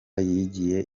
yigiye